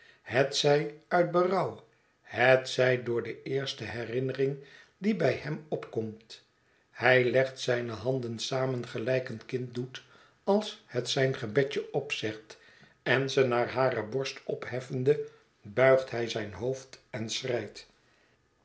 pietzij uit berouw hetzij door de éérste herinnering die bij hem opkomt hij legt z'y'ne handen samen gelijk een kind doet als het zijn gebedje opzegt en ze naar hare borst opheffende buigt hij zijn hoofd en schreit